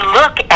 look